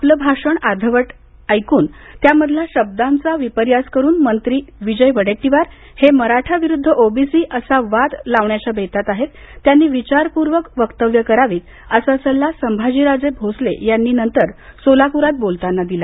आपलं भाषण अर्धवट ऐकून त्यामधलता शब्दांचा विपर्यास करुन मंत्री विजय वडेट्टीवार हे मराठा विरुध्द ओबीसी असा वाद लावण्याच्या बेतात आहेत त्यांनी विचारपूर्वक वक्तव्य करावीत असा सल्ला संभाजीराजे भोसले यांनी नंतर सोलापुरात बोलताना दिला